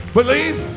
believe